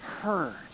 heard